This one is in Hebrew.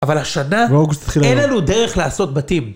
אבל השנה אין לנו דרך לעשות בתים.